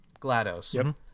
GLaDOS